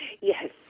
Yes